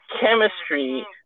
chemistry